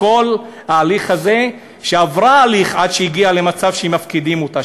כל ההליך עד שהגיעה למצב שמפקידים אותה,